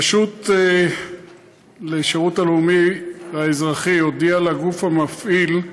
הרשות לשירות הלאומי-אזרחי הודיעה לגוף המפעיל,